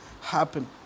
happen